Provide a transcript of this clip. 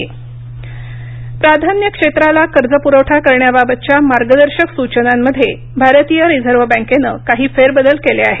RBI प्राधान्य क्षेत्राला कर्जप्रवठा करण्याबाबतच्या मार्गदर्शक सूचनांमध्ये भारतीय रिझर्व बँकेनं काही फेरबदल केले आहेत